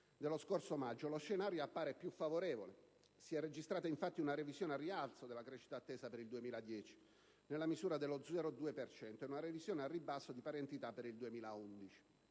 dello scorso maggio, lo scenario appare più favorevole. Si è registrata infatti una revisione al rialzo della crescita attesa per il 2010, nella misura dello 0,2 per cento, ed una revisione al ribasso di pari entità per il 2011.